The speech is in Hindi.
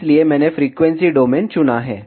इसलिए मैंने फ़्रीक्वेंसी डोमेन चुना है